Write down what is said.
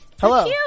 Hello